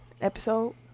episode